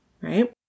right